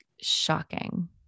shocking